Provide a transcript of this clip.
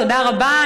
תודה רבה.